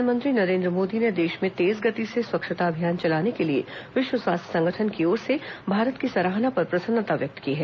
प्र धानमंत्री नरें द्व मोदी ने देश में तेज गति से स्वच्छता अभियान चलाने के लिए विश्व स्वास्थ्य संगठन की ओर से भारत की सराहना पर प्रसन्नता व्यक्त की है